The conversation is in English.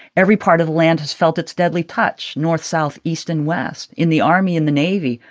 every part of the land has felt its deadly touch north, south, east and west, in the army and the navy,